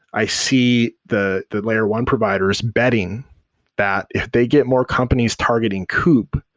i see the the layer one providers betting that if they get more companies targeting kube,